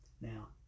Now